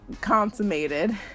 consummated